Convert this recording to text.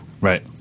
Right